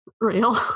real